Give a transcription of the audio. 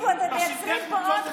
זה הרי אפילו לא קשקוש.